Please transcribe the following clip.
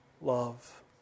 love